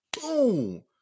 boom